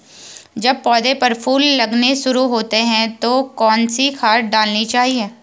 जब पौधें पर फूल लगने शुरू होते हैं तो कौन सी खाद डालनी चाहिए?